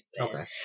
Okay